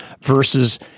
versus